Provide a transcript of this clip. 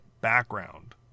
background